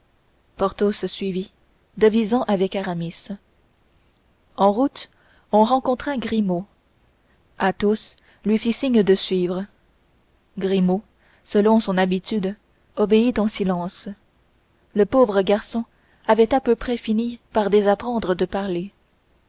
suivit en devisant avec aramis en route on rencontra grimaud athos lui fit signe de suivre grimaud selon son habitude obéit en silence le pauvre garçon avait à peu près fini par désapprendre de parler